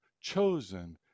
chosen